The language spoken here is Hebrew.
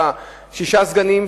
יהיו לה שישה סגנים,